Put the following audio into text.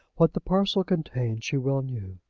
what the parcel contained she well knew,